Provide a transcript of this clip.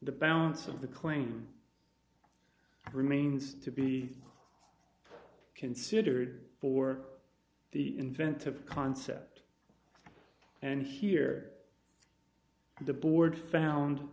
the balance of the claim remains to be considered for the inventive concept and here the board found